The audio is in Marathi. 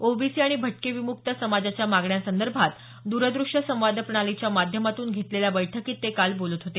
ओबीसी आणि भटके विमुक्त समाजाच्या मागण्यांसंदर्भात दूरदृश्य संवाद प्रणालीच्या माध्यमातून घेतलेल्या बैठकीत ते काल बोलत होते